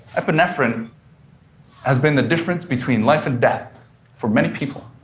epinephrine has been the difference between life and death for many people.